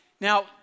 Now